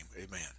amen